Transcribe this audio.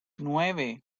nueve